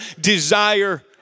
Desire